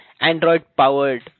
Android-powered